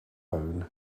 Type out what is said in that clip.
own